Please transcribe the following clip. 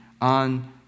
on